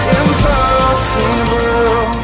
impossible